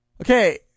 Okay